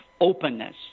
openness